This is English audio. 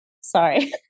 Sorry